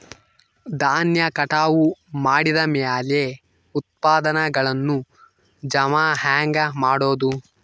ಧಾನ್ಯ ಕಟಾವು ಮಾಡಿದ ಮ್ಯಾಲೆ ಉತ್ಪನ್ನಗಳನ್ನು ಜಮಾ ಹೆಂಗ ಮಾಡೋದು?